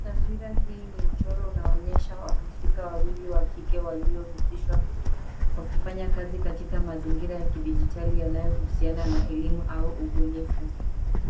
Taswira hii ni mchoro unaonyesha wahusika wawili wa kike waliohusishwa wakifanya kazi katika mazingira ya kidijitali yanayohusiana na elimu au ubunifu.